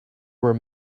were